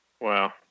Wow